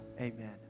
amen